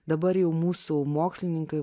dabar jau mūsų mokslininkai